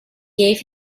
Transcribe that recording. gave